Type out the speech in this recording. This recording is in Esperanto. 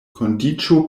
kondiĉo